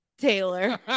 Taylor